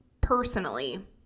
personally